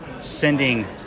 sending